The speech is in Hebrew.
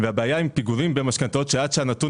והבעיה עם פיגורים במשכנתאות שעד שהנתון